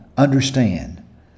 Understand